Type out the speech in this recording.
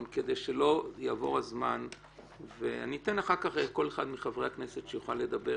כדי שלא יעבור הזמן ואני אתן אחר כך לכל אחד מחברי הכנסת לדבר.